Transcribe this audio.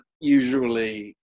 usually